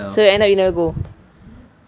so end up you never go